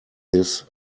this